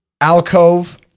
Alcove